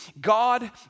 God